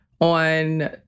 on